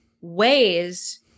ways